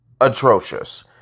atrocious